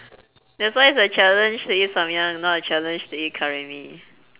that's why it's a challenge to eat samyang not a challenge to eat curry mee